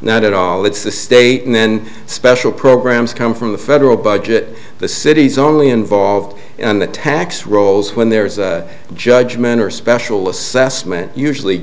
not at all it's the state and then special programs come from the federal budget the cities only involved in the tax rolls when there is a judgment or special assessment usually